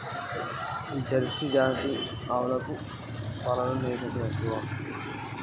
ఏ జాతి పశువుల పాలలో వెన్నె శాతం ఎక్కువ ఉంటది?